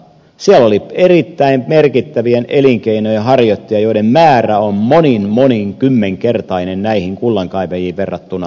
siellä oli erittäin merkittävien elinkeinojen harjoittajia joiden määrä on moni monikymmenkertainen näihin kullankaivajiin verrattuna